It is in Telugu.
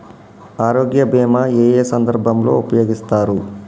ఆరోగ్య బీమా ఏ ఏ సందర్భంలో ఉపయోగిస్తారు?